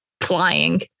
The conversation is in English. flying